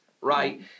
right